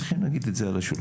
צריכים להגיד את זה על השולחן.